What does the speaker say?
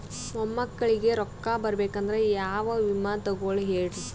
ಮೊಮ್ಮಕ್ಕಳಿಗ ರೊಕ್ಕ ಬರಬೇಕಂದ್ರ ಯಾ ವಿಮಾ ತೊಗೊಳಿ ಹೇಳ್ರಿ?